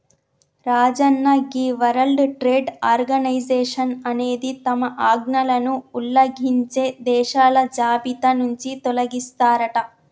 రాజన్న గీ world trade organisation అనేది తమ ఆజ్ఞలను ఉల్లంఘించే దేశాల జాబితా నుంచి తొలగిస్తారట